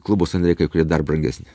klubo sąnariai kai kurie dar brangesni